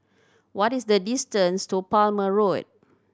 what is the distance to Palmer Road